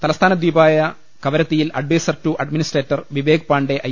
തലസ്ഥാന ദ്വീപായ കവ രത്തിയിൽ adviser to administrator Vivek Pandey I